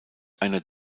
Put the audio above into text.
einer